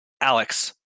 Alex